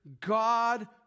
God